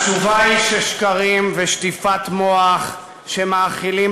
התשובה היא ששקרים ושטיפת מוח שמאכילים